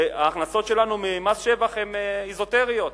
וההכנסות שלנו ממס שבח הן אזוטריות,